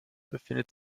befindet